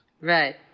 Right